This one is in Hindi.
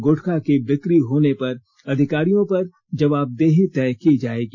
गुटखा की बिक्री होने पर अधिकारियों पर जवाबदेही तय की जाएगी